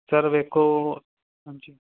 sir ਵੇਖੋ ਹਾਂਜੀ